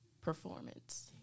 Performance